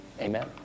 amen